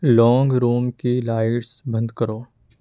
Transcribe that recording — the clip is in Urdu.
لانگ روم کی لائٹس بند کرو